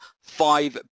five